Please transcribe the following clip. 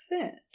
fit